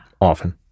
Often